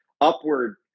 upward